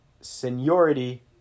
seniority